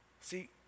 See